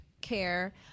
care